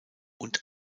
und